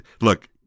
Look